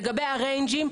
לגבי הריינג'ים,